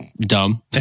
dumb